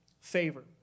favor